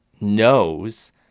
knows